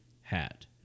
hat